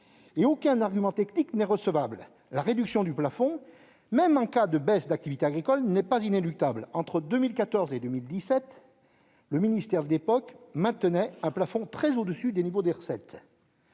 Aucun argument technique n'est recevable : la réduction du plafond, même en cas de baisse de l'activité agricole, n'est pas inéluctable. Entre 2014 et 2017, le ministère de l'agriculture maintenait un plafond très au-dessus du niveau des recettes.